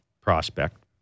prospect